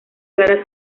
clara